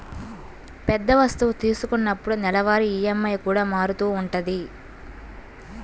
పెద్ద వస్తువు తీసుకున్నప్పుడు నెలవారీ ఈఎంఐ కూడా మారుతూ ఉంటది